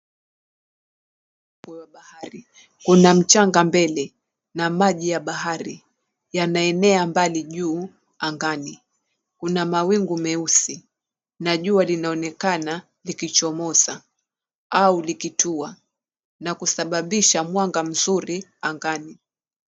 Ufuo wa bahari kuna mchanga mbele na maji ya bahari yanaenea mbali juu angani. Kuna mawingu meusi, na jua linaonekana likichomoza au likitua na kusababisha mwanga mzuri angani.